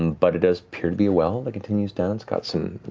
and but it does appear to be a well that continues down. it's got some